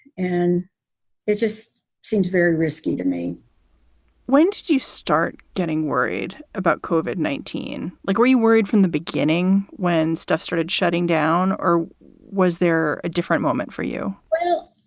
and it just seems very risky to me when did you start getting worried about covid nineteen? like, were you worried from the beginning when stuff started shutting down or was there a different moment for you? well,